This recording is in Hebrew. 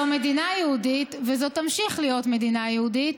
זו מדינה יהודית וזו תמשיך להיות מדינה יהודית,